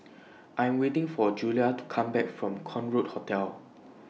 I Am waiting For Julia to Come Back from Concorde Hotel